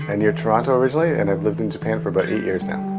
and near toronto originally, and i've lived in japan for about eight years now